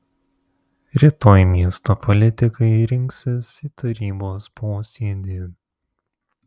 rytoj miesto politikai rinksis į tarybos posėdį